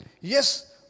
Yes